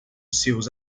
seus